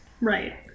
right